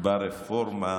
ברפורמה המשפטית.